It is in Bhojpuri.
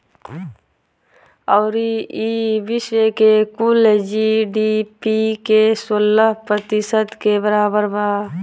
अउरी ई विश्व के कुल जी.डी.पी के सोलह प्रतिशत के बराबर बा